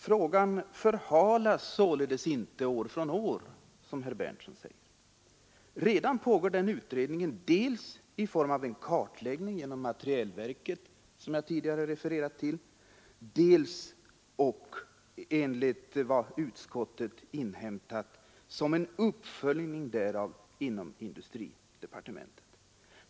Frågan förhalas således inte år efter år, som herr Berndtson säger. Utredning pågår redan, dels i form av en kartläggning genom materielverket, som jag tidigare refererat till, dels ock, enligt vad utskottet inhämtat, som en uppföljning därav inom industridepartementet.